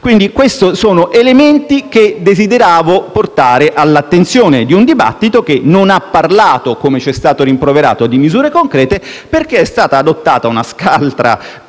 cade. Questi sono elementi che desideravo portare all'attenzione di un dibattito che non ha parlato - come ci è stato rimproverato - di misure concrete, perché è stata adottata una scaltra